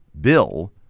bill